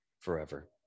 forever